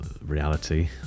reality